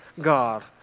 God